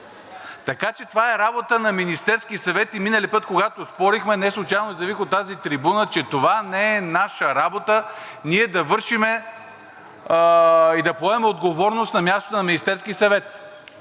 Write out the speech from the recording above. така че това е работа на Министерския съвет. Миналият път, когато спорихме, неслучайно заявих от тази трибуна, че не е наша работа ние да вършим и да поемаме отговорност на мястото на Министерския съвет.